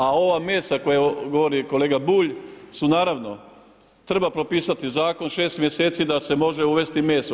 A ova mesa koja govori kolega Bulj, su naravno, treba propisati zakon, 6 mj. da se može uvesti meso.